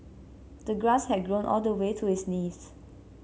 the grass had grown all the way to his knees